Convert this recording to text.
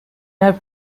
have